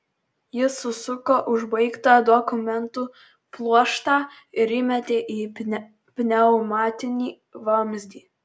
jis susuko užbaigtą dokumentų pluoštą ir įmetė į pneumatinį vamzdį